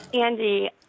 Andy